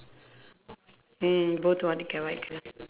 mm both only got white colour